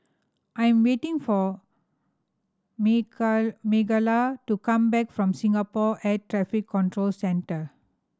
I'm waiting for Mikaila to come back from Singapore Air Traffic Control Centre